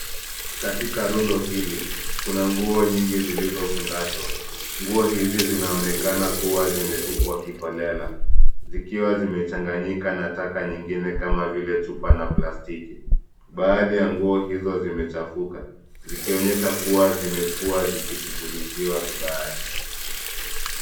Katika rundo hili kuna nguo nyingi zilizofungashwa. Nguo hizi zinaonekana kuwa zimetupwa kiholela zikiwa zimechanganyika na taka nyingine kama vile chupa na plastiki. Baadhi ya nguo hizo zimechafuka zikionyesha kuwa zimekuwa zikishughulikiwa vibaya.